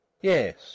yes